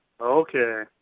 okay